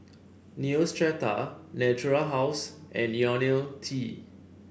Neostrata Natura House and IoniL T